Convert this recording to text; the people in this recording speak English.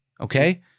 Okay